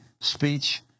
speech